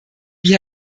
wie